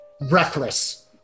reckless